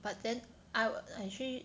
but then I I actually